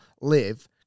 live